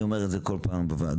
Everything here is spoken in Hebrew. אני אומר את זה בכל פעם בוועדות,